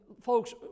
folks